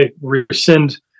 rescind